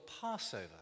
Passover